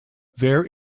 there